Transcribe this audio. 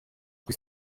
kuri